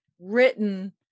written